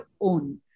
own